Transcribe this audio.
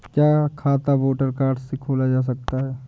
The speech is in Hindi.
क्या खाता वोटर कार्ड से खोला जा सकता है?